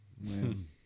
Man